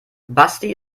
basti